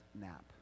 nap